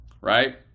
right